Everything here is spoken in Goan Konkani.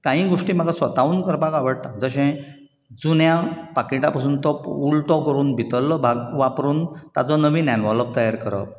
काही गोश्टी म्हाका स्वताहून करपाक आवडटा जशें जुन्या पाकिटां पासून तो उल्टो करून भितरलो भाग वापरून ताजो नवीन एनवॉलोप तयार करप